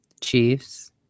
Chiefs